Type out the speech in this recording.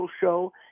show